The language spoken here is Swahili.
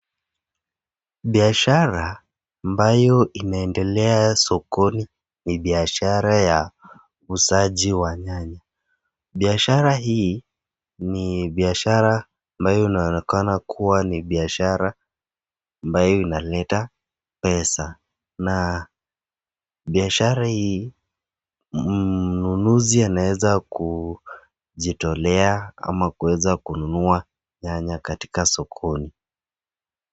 Biashara ambayo inaendelea sokoni ni biashara ya uuzaji wa nyanya, biashara hii ni biashara ambayo inaonekana kuwa ni biashara ambayo inaleta pesa na biashara hii mnunuzi anaweza kujitolea ama kuweza kununua nyanya katika sokoni.